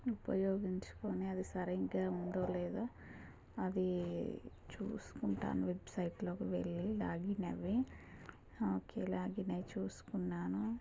ఉపయోగించుకునే అది సరిగ్గా ఉందో లేదో అదీ చూసుకుంటాను వెబ్సైట్లోకి వెళ్ళి లాగిన్ అవి ఒకే లాగిన్ అయ్యి చూసుకున్నాను